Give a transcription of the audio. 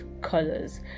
colors